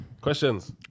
Questions